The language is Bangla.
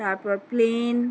তারপর প্লেন